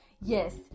Yes